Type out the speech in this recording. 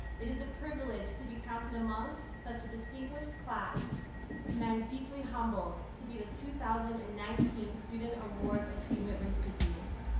it is a privilege to be counted amongst such a distinguished class and i'm deeply humbled to be the two thousand and nineteen student award achievement recipient.